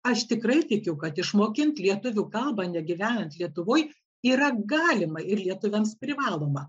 aš tikrai tikiu kad išmokint lietuvių kalbą negyvenant lietuvoj yra galima ir lietuviams privaloma